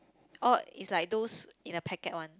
or is like those in a packet one